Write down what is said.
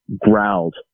growled